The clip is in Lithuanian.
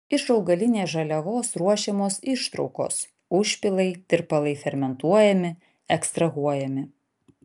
iš augalinės žaliavos ruošiamos ištraukos užpilai tirpalai fermentuojami ekstrahuojami